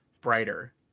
brighter